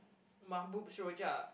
Mambu Rojak